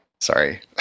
Sorry